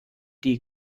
die